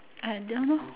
I don't know